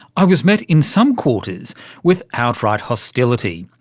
i was met in some quarters with outright hostility.